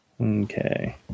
Okay